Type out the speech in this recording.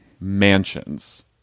mansions